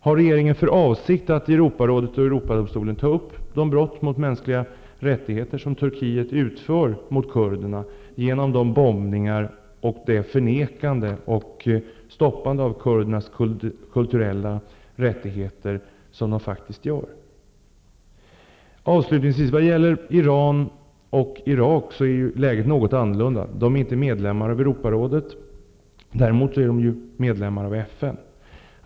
Har regeringen för avsikt att i Europarådet eller i Europadomstolen ta upp de brott mot mänskliga rättigheter som Turkiet begår mot kurderna genom bombningar, förnekande och stoppande av kurdernas kulturella rättigheter? Vad gäller Iran och Irak är ju läget något annorlunda. De är inte medlemmar av Europarådet, däremot av FN.